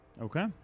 Okay